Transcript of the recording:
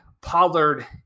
Pollard